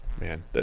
Man